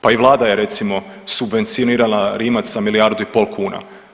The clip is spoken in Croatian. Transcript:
Pa i Vlada je, recimo subvencionirala Rimac sa milijardu i pol kuna.